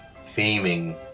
theming